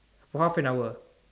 for half an hour